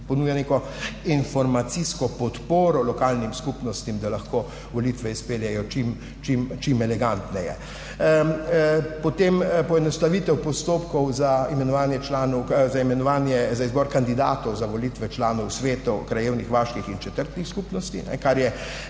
ponuja neko informacijsko podporo lokalnim skupnostim, da lahko volitve izpeljejo čim elegantneje. Potem poenostavitev postopkov za imenovanje za izbor kandidatov za volitve članov svetov krajevnih, vaških in četrtnih skupnosti, kar je